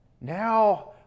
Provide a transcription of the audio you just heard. Now